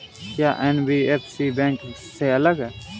क्या NBFC bank से अलग है?